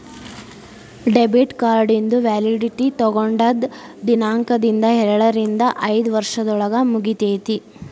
debit ಕಾರ್ಡಿಂದು validity ತೊಗೊಂಡದ್ ದಿನಾಂಕ್ದಿಂದ ಎರಡರಿಂದ ಐದ್ ವರ್ಷದೊಳಗ ಮುಗಿತೈತಿ